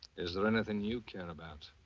is there anything you care about,